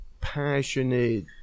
passionate